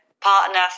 partner